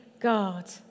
God